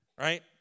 right